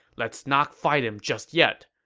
let's not fight him just yet.